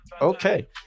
okay